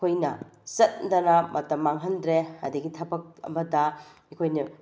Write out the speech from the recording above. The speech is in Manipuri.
ꯑꯩꯈꯣꯏꯅ ꯆꯠꯇꯅ ꯃꯇꯝ ꯃꯥꯡꯍꯟꯗ꯭ꯔꯦ ꯑꯗꯒꯤ ꯊꯕꯛ ꯑꯃꯗ ꯑꯩꯈꯣꯏꯅ